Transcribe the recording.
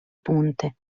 punte